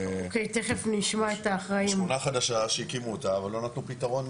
אנחנו שכונה חדשה שהקימו אותה אבל לא נתנו פתרון